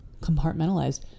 compartmentalized